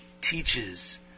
teaches